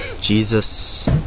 Jesus